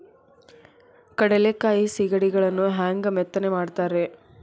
ಕಡಲೆಕಾಯಿ ಸಿಗಡಿಗಳನ್ನು ಹ್ಯಾಂಗ ಮೆತ್ತನೆ ಮಾಡ್ತಾರ ರೇ?